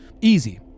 Easy